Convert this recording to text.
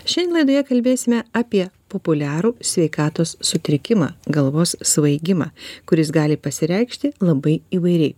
šiandien laidoje kalbėsime apie populiarų sveikatos sutrikimą galvos svaigimą kuris gali pasireikšti labai įvairiai